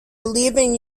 leaving